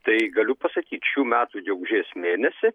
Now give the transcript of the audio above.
tai galiu pasakyt šių metų gegužės mėnesį